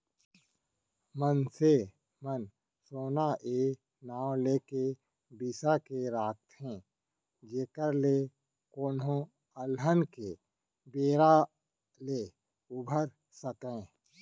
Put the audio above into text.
मनसे मन सोना ए नांव लेके बिसा के राखथे जेखर ले कोनो अलहन के बेरा ले उबर सकय